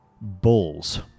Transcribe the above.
Bulls